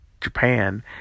Japan